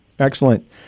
Excellent